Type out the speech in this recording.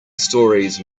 stories